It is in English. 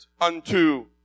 unto